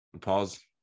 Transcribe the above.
Pause